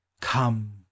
come